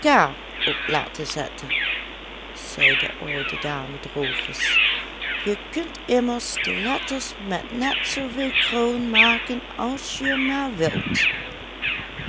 laten zetten zei de oude dame droogjes je kunt immers de letters met net zooveel krullen maken als je maar wilt